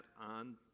on